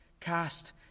Cast